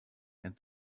and